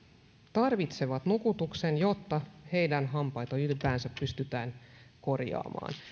tarvitsevat nukutuksen jotta heidän hampaitaan ylipäänsä pystytään korjaamaan